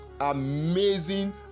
Amazing